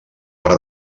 per